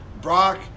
Brock